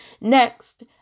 Next